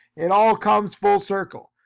it all comes full circle.